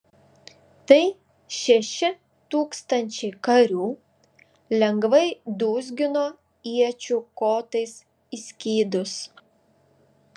tai šeši tūkstančiai karių lengvai dūzgino iečių kotais į skydus